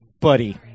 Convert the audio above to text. Buddy